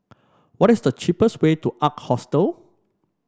what is the cheapest way to Ark Hostel